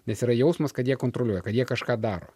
nes yra jausmas kad jie kontroliuoja kad jie kažką daro